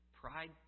pride